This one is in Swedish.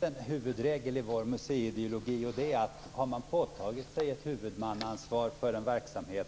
Fru talman! Det finns en huvudregel i vår museiideologi, och det är att den som har påtagit sig ett huvudmannaansvar för en verksamhet